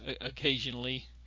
occasionally